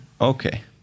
Okay